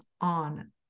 on